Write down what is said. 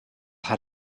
had